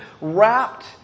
wrapped